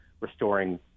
restoring